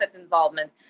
involvement